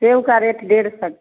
सेब का रेट डेढ़ सौ